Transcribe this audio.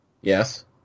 Yes